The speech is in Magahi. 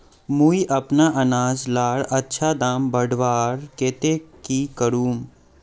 मुई अपना अनाज लार अच्छा दाम बढ़वार केते की करूम?